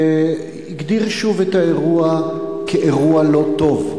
והגדיר שוב את האירוע כאירוע לא טוב.